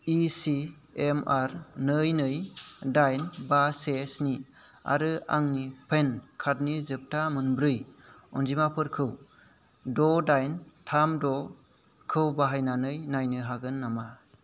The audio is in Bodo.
इसिएमआर नै नै दाइन बा से स्नि आरो आंनि पेन कार्डनि जोबथा मोनब्रै अनजिमाफोरखौ द' दाइन थाम द' खौ बाहायनानै नायनो हागोन नामा